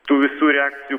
tų visų reakcijų